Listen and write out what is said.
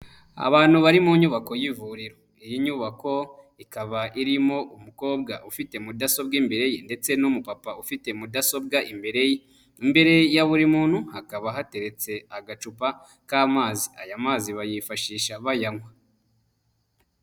Abantu bari mu nyubako y'ivuriro, iyi nyubako ikaba irimo umukobwa ufite mudasobwa imbere ndetse n'umupapa ufite mudasobwa imbere ya buri muntu hakaba hateretse agacupa k'amazi, aya mazi bayifashisha bayanywa.